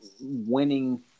winning